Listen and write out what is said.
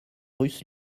russes